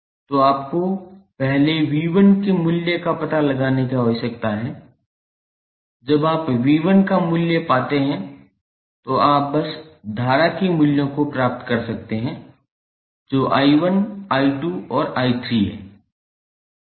तो आपको पहले 𝑉1 के मूल्य का पता लगाने की आवश्यकता है जब आप 𝑉1 का मूल्य पाते हैं तो आप बस धारा के मूल्यों को पा सकते हैं जो 𝐼1 𝐼2 और 𝐼3 है